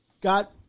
got